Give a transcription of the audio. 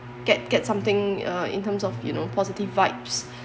get get something uh in terms of you know positive vibes